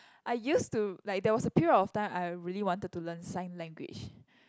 I used to like there was a period of time I really wanted to learn sign language